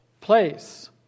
place